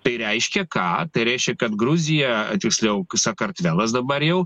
tai reiškia ką tai reiškia kad gruzija tiksliau sakartvelas dabar jau